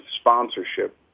sponsorship